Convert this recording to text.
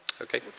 Okay